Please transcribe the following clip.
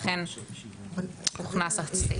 לכן הוכנס הסעיף הזה.